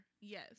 yes